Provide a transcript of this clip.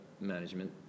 management